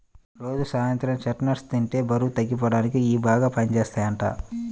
రోజూ సాయంత్రం చెస్ట్నట్స్ ని తింటే బరువు తగ్గిపోడానికి ఇయ్యి బాగా పనిజేత్తయ్యంట